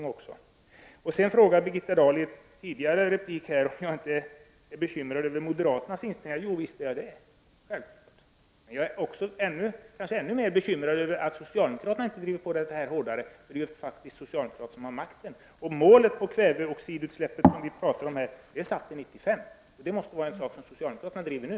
I ett tidigare inlägg frågade Birgitta Dahl om jag inte är bekymrad över moderaternas inställning. Jo, visst, är jag det. Det är självklart. Men jag är ännu mera bekymrad över att socialdemokraterna inte driver på det här hårdare, eftersom det faktiskt är socialdemokraterna som har makten. Målet för en minskning av kväveoxidutsläppen, som vi här talar om, är satt till 1995. Det måste vara en sak som socialdemokraterna driver nu.